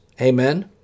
Amen